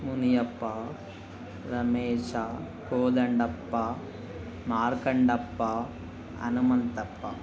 Muniyappa Ramesh Kodandappa Markandappa Hanumanthappa